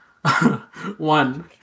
One